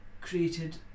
created